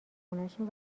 خونشون